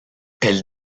elle